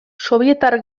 sobietar